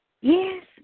Yes